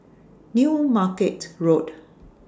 New Market Road